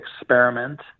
experiment